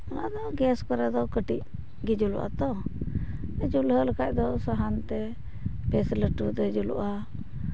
ᱱᱚᱶᱟ ᱫᱚ ᱜᱮᱥ ᱠᱚᱨᱮ ᱫᱚ ᱠᱟᱹᱴᱤᱡ ᱜᱮ ᱡᱩᱞᱩᱜᱼᱟ ᱛᱚ ᱪᱩᱞᱦᱟᱹ ᱨᱮ ᱠᱷᱟᱱ ᱫᱚ ᱥᱟᱦᱟᱱ ᱛᱮ ᱵᱮᱥ ᱞᱟᱹᱴᱩ ᱜᱮ ᱡᱩᱞᱩᱜᱼᱟ